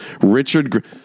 Richard